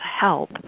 help